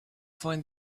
find